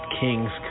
kings